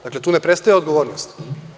Dakle, tu ne prestaje odgovornost.